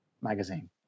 magazine